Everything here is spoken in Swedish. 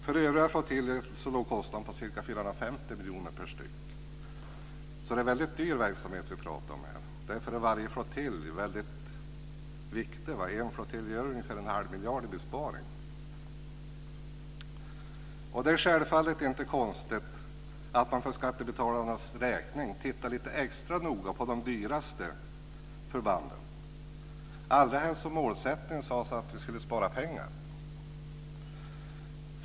För övriga flottiljer låg kostnaden på ca 450 miljoner per styck, så det är en mycket dyr verksamhet vi pratar om. Därför är varje flottilj mycket viktig. En flottilj mindre gör ungefär 1⁄2 miljard i besparingar. Det är självfallet inte konstigt att man för skattebetalarnas räkning tittar lite extra noga på de dyraste förbanden. Allra helst som målsättningen sades vara att vi skulle spara pengar.